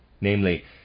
namely